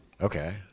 Okay